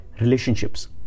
relationships